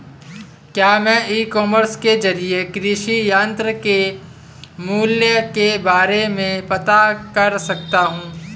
क्या मैं e commerce के ज़रिए कृषि यंत्र के मूल्य के बारे में पता कर सकता हूँ?